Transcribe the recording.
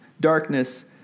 darkness